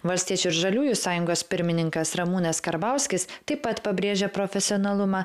valstiečių ir žaliųjų sąjungos pirmininkas ramūnas karbauskis taip pat pabrėžia profesionalumą